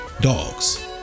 Dogs